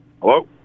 Hello